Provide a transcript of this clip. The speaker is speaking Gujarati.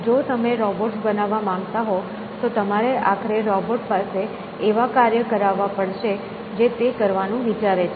જો તમે રોબોટ્સ બનાવવા માંગતા હો તો તમારે આખરે રોબોટ પાસે એવા કાર્ય કરાવવા પડશે જે તે કરવાનું વિચારે છે